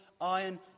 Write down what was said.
iron